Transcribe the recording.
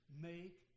make